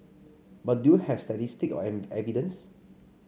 but do you have statistic or evidence